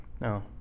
No